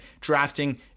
drafting